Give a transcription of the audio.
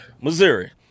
Missouri